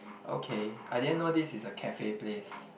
okay I didn't know this is a cafe place